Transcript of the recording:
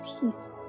peace